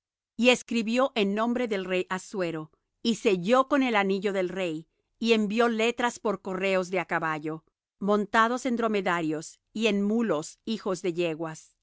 y escribió en nombre del rey assuero y selló con el anillo del rey y envió letras por correos de á caballo montados en dromedarios y en mulos hijos de yeguas